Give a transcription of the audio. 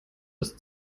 ist